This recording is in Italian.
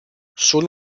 sono